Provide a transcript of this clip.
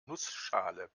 nussschale